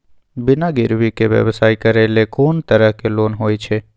बिना गिरवी के व्यवसाय करै ले कोन तरह के लोन होए छै?